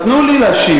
אז תנו לי להשיב.